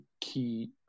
key